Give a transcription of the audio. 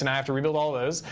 and have to rebuild all those.